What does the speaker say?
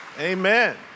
Amen